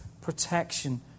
protection